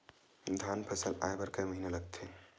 धान फसल आय बर कय महिना लगथे?